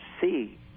see